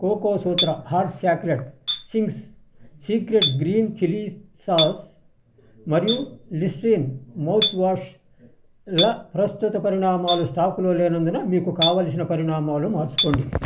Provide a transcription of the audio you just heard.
Cocosutra hots chocolate Ching's secret green chilli sauce మరియు Listerine mouth వాష్ల ప్రస్తుత పరిమాణాలు స్టాకులో లేనందున మీకు కావలసిన పరిమాణాలు మార్చుకోండి